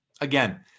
again